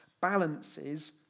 balances